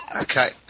Okay